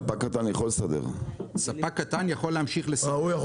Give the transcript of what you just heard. ספק קטן יכול להמשיך לסדר.